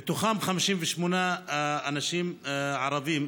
מהם 58 אנשים ערבים,